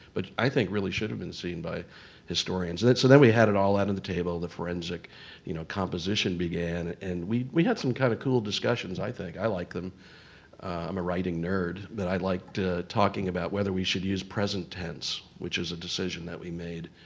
but i think really should have been seen by historians. so then we had it all out on the table. the forensic you know composition began, and we we had some kind of cool discussions, i think. i liked them. i'm a writing nerd. but i liked talking about whether we should use present tense, which is a decision that we made.